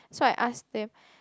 so I ask them